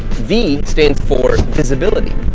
v stands for visibility,